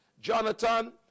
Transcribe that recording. Jonathan